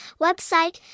website